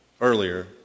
earlier